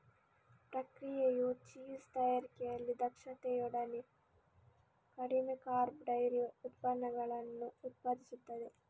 ಪ್ರಕ್ರಿಯೆಯು ಚೀಸ್ ತಯಾರಿಕೆಯಲ್ಲಿ ದಕ್ಷತೆಯೊಡನೆ ಕಡಿಮೆ ಕಾರ್ಬ್ ಡೈರಿ ಉತ್ಪನ್ನಗಳನ್ನು ಉತ್ಪಾದಿಸುತ್ತದೆ